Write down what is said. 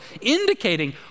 indicating